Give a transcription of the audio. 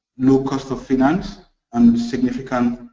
low cost of finance and significant,